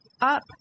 up